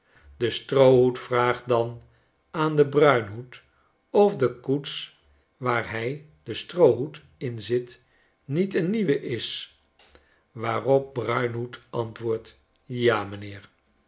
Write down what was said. de stroohoed vraagt dan aan den bruinhoed of de koets waar hij de stroohoed in zit niet een nieuwe is waarop bruinhoed antwoordt ja m'nheer